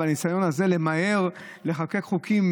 בניסיון הזה למהר לחוקק חוקים.